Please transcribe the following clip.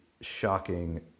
shocking